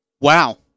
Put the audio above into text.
Wow